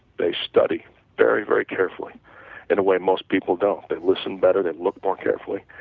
they study very, very carefully in a way most people don't, they listen better, they look more carefully,